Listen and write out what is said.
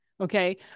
okay